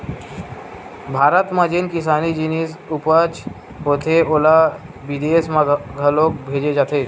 भारत म जेन किसानी जिनिस उपज होथे ओला बिदेस म घलोक भेजे जाथे